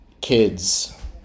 Kids